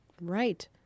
Right